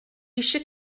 eisiau